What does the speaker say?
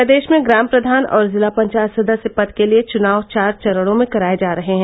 प्रदेश में ग्राम प्रधान और जिला पंचायत सदस्य पद के लिये चुनाव चार चरणों में कराये जा रहे है